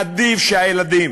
עדיף שהילדים